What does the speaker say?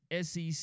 SEC